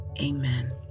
Amen